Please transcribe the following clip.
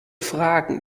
fragen